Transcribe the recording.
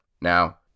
Now